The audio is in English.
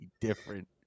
different